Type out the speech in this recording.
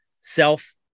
Self